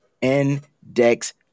index